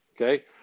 okay